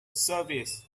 service